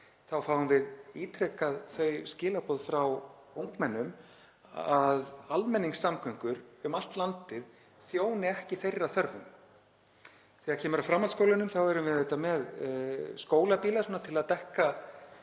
þá fáum við ítrekað þau skilaboð frá ungmennum að almenningssamgöngur um allt landið þjóni ekki þeirra þörfum. Þegar kemur að framhaldsskólunum erum við auðvitað með skólabíla til að dekka